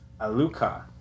Aluka